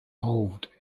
hold